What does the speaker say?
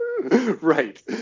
Right